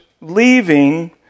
leaving